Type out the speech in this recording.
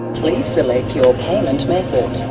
please select your payment method.